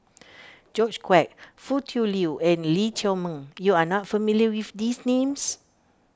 George Quek Foo Tui Liew and Lee Chiaw Meng you are not familiar with these names